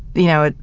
you know it,